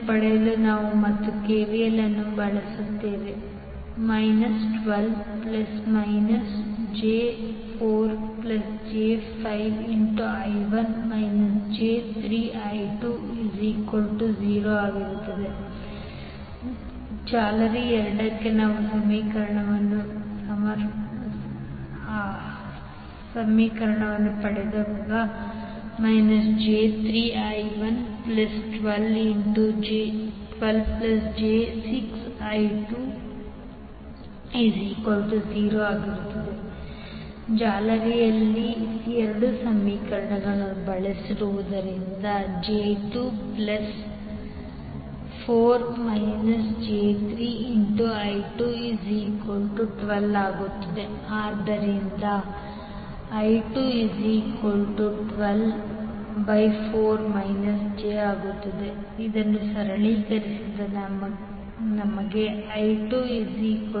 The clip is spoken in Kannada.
ಪಡೆಯಲು ನಾವು ಮತ್ತೆ ಕೆವಿಎಲ್ ಅನ್ನು ಬಳಸುತ್ತೇವೆ 12 j4j5I1 j3I20⇒jI1 j3I212 ಜಾಲರಿ 2 ಗಾಗಿ j3I112j6I20⇒I1I2 ಜಾಲರಿಯಲ್ಲಿ ಜಾಲರಿ 2 ಸಮೀಕರಣವನ್ನು ಬಳಸುವುದು j24 j3I212 ಆದ್ದರಿಂದ I2124 j2